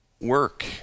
work